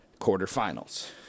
quarterfinals